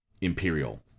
Imperial